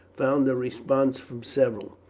found a response from several.